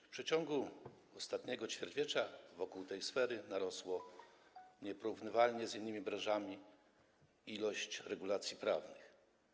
W ciągu ostatniego ćwierćwiecza wokół tej sfery narosła nieporównywalna z innymi branżami ilość regulacji prawnych.